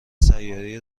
سیارهای